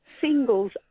singles